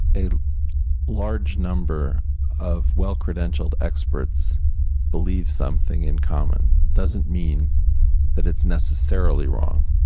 a large number of well-credentialed experts believe something in common doesn't mean that it's necessarily wrong.